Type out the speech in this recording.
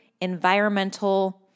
environmental